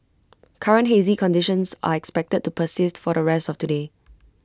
current hazy conditions are expected to persist for the rest of today